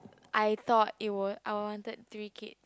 I thought it would I would wanted three kid